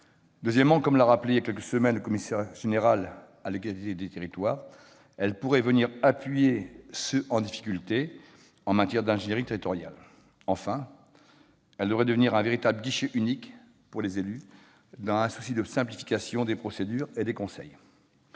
Deuxièmement, comme l'a rappelé voilà quelques semaines le commissaire général à l'égalité des territoires, elle pourrait venir appuyer les territoires en difficulté en matière d'ingénierie territoriale. Enfin, troisièmement, elle devrait devenir un véritable guichet unique pour les élus dans un souci de simplification des procédures et des conseils.